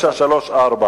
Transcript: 934,